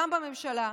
גם בממשלה,